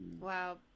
Wow